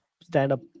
stand-up